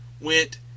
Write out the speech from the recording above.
went